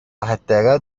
حداقل